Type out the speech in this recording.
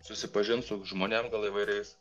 susipažint su žmonėm gal įvairiais